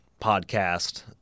podcast